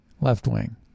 left-wing